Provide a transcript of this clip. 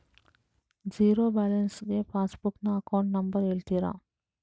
Zero balance passbook ನ account number ಹೇಳುತ್ತೀರಾ?